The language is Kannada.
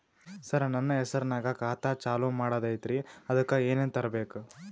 ಸರ, ನನ್ನ ಹೆಸರ್ನಾಗ ಖಾತಾ ಚಾಲು ಮಾಡದೈತ್ರೀ ಅದಕ ಏನನ ತರಬೇಕ?